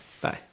bye